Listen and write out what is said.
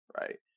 right